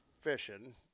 fishing